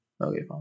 Okay